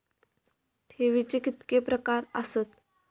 ठेवीचे कितके प्रकार आसत?